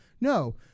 No